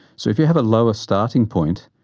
so if you have a lower starting point,